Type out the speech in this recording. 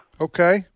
Okay